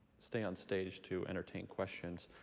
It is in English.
stay on stage to entertain questions.